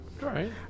Right